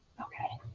okay.